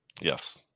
Yes